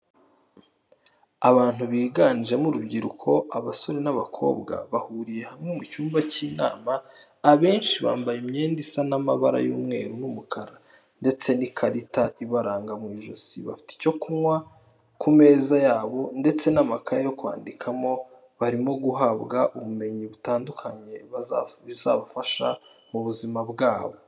Abantu biganjemo urubyiruko abasore n'abakobwa bahuriye hamwe mu cyumba cy'inama abenshi bambaye imyenda isa y'amabara yumweru n'umukara ndetse n'ikarita ibaranga mu ijosi bafite icyo kunywa ku meza yabo ndetse n'amakaye yo kwandikamo, barimo guhabwa ubumenyi butandukanye buzabafasha mu buzima bwabo.